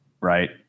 Right